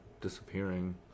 disappearing